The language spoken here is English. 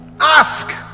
ask